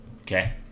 okay